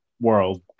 world